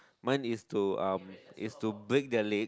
mine is to um is to break their leg